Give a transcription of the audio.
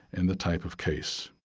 and the type of case.